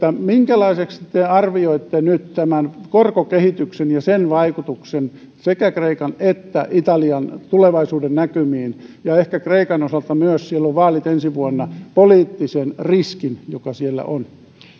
minkälaiseksi te arvioitte nyt korkokehityksen ja sen vaikutuksen sekä kreikan että italian tulevaisuudennäkymiin ja kreikan osalta siellä on vaalit ensi vuonna ehkä myös poliittisen riskin joka siellä on